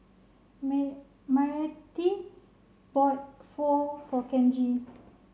may Myrtie bought Pho for Kenji